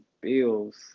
Bills